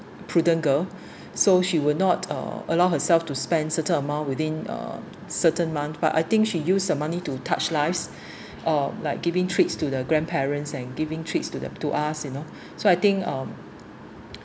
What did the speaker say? prudent girl so she will not uh allow herself to spend certain amount within uh certain month but I think she use the money to touch lives uh like giving treats to the grandparents and giving treats to to us you know so I think um